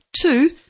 two